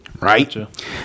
right